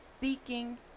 seeking